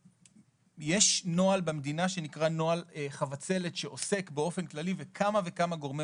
יש נוהל במדינה שנקרא נוהל "חבצלת" שכמה וכמה גורמי